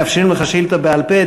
מאפשרים לך שאילתה בעל-פה,